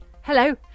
Hello